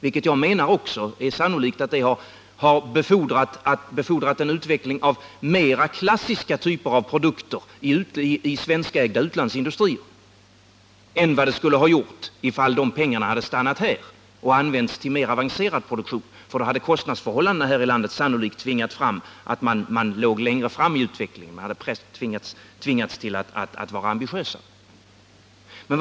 Det är sannolikt att det har befordrat en utveckling av mera klassiska produkter i den svenskägda utlandsindustrin än det skulle ha gjort om pengarna hade stannat här och använts till mera avancerad produktion. Då hade kostnadsförhållandena här i landet sannolikt sett till att man legat längre fram i utvecklingen — man hade tvingats vara ambitiösare.